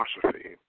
philosophy